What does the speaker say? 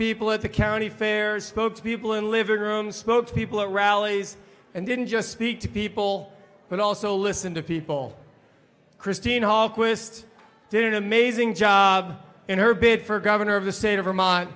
people at the county fair spokespeople in living rooms spoke to people at rallies and didn't just speak to people but also listen to people christine hall quist did amazing job in her bid for governor of the state of vermont